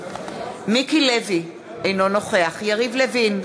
מיקי לוי, אינו נוכח יריב לוין,